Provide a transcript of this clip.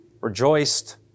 rejoiced